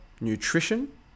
nutrition